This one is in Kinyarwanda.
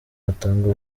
atanga